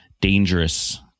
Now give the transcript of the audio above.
dangerous